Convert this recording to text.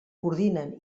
coordinen